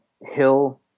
hill